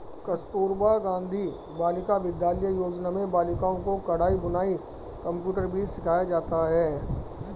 कस्तूरबा गाँधी बालिका विद्यालय योजना में बालिकाओं को कढ़ाई बुनाई कंप्यूटर भी सिखाया जाता है